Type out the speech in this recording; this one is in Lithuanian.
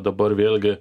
dabar vėlgi